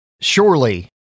surely